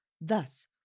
Thus